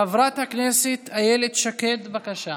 חברת הכנסת איילת שקד, בבקשה,